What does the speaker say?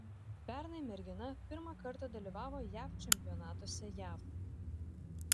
pernai mergina pirmą kartą dalyvavo jav čempionatuose jav